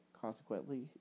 Consequently